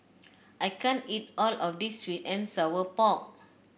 I can't eat all of this sweet and Sour Pork